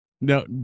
No